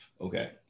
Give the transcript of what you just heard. Okay